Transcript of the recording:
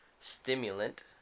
stimulant